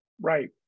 Right